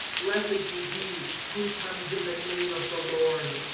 blessed be he who comes in the name of the lord